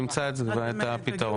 נמצא את הפתרון.